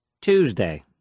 Tuesday